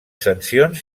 sancions